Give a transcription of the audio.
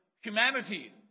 humanity